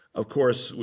of course,